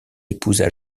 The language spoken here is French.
épousa